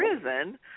prison